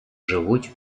живуть